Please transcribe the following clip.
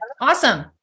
Awesome